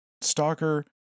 Stalker